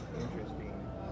Interesting